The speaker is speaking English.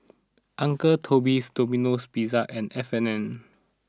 Uncle Toby's Domino Pizza and F and N